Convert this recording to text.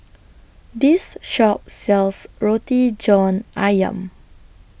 This Shop sells Roti John Ayam